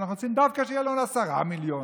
ואנחנו רוצים שדווקא יהיו לנו עשרה מיליון.